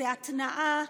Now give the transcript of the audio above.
זאת התנעה,